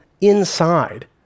inside